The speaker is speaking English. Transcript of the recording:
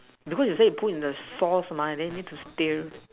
before you say put in the sauce mah and then you need to stir